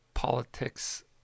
Politics